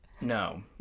No